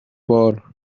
bar